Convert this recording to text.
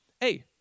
hey